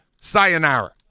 sayonara